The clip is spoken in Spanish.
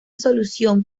solución